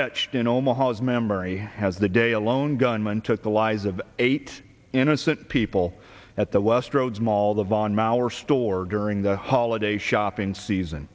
etched in omaha's memory as the day a lone gunman took the lives of eight innocent people at the westroads mall the von maur our store during the holiday shopping season